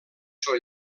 són